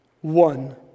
One